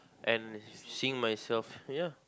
and seeing myself ya